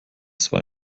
zwar